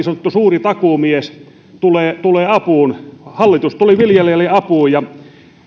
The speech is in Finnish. sanottu suuri takuumies tulee tulee apuun hallitus tuli viljelijälle apuun ja